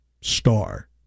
star